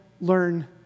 learn